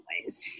ways